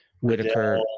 Whitaker